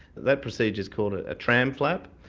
that procedure is called a tram flap,